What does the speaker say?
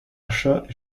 achats